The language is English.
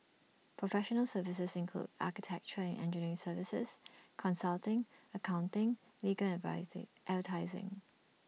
professional services include architecture and engineering services consulting accounting legal and advertising